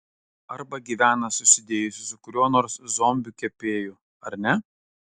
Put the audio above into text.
arba gyvena susidėjusi su kuriuo nors zombiu kepėju ar ne